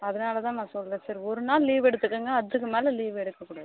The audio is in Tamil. அதனால் தான் நான் சொல்கிறேன் சரி ஒரு நாள் லீவ் எடுத்துக்கோங்க அதுக்கு மேலே லீவ் எடுக்கக்கூடாது